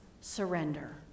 surrender